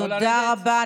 תודה רבה.